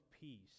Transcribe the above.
peace